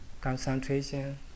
concentration